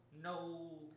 No